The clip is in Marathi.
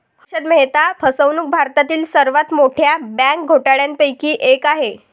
हर्षद मेहता फसवणूक भारतातील सर्वात मोठ्या बँक घोटाळ्यांपैकी एक आहे